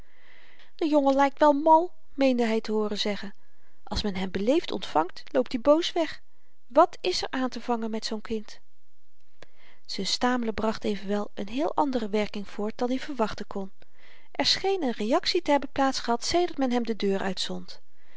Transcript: de jongen lykt wel mal meende hy te hooren zeggen als men hem beleefd ontvangt loopt i boos weg wat is er aantevangen met zoo'n kind z'n stamelen bracht evenwel n heel andere werking voort dan i verwachten kon er scheen n reaktie te hebben plaats gehad sedert men hem de deur uitzond